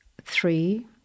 Three